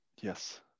Yes